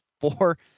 four